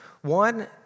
One